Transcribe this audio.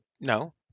no